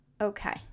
okay